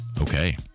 Okay